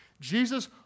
Jesus